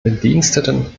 bediensteten